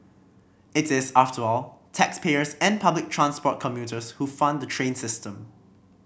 it is after all taxpayers and public transport commuters who fund the train system